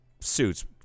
suits